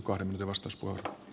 olkaa hyvä